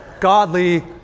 godly